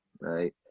right